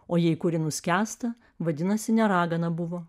o jei kuri nuskęsta vadinasi ne ragana buvo